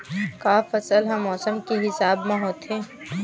का फसल ह मौसम के हिसाब म होथे?